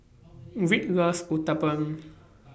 Rick loves Uthapam